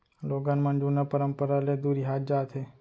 लोगन मन जुन्ना परंपरा ले दुरिहात जात हें